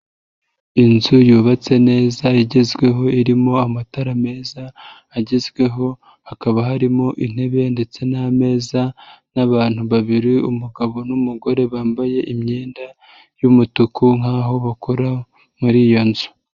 Inzu yubatse neza igezweho irimo amatara meza agezweho hakaba harimo intebe ndetse n'ameza n'abantu babiri umugabo n'umugore bambaye imyenda y'umutuku nkaho bakora muri iyo nzu.